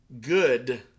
good